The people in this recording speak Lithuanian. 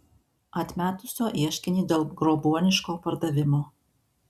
atmetusio ieškinį dėl grobuoniško pardavimo